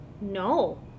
no